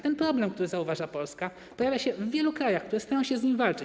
Ten problem, który zauważa Polska, pojawia się w wielu krajach, które starają się z nim walczyć.